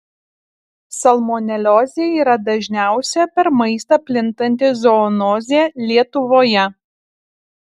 salmoneliozė yra dažniausia per maistą plintanti zoonozė lietuvoje